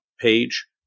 page